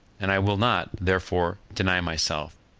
and i will not, therefore, deny myself.